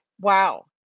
wow